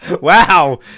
Wow